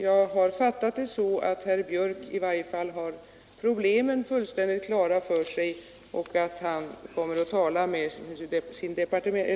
Jag har fattat det så att herr Björk i varje fall har problemen fullständigt klara för sig och att han kommer att tala med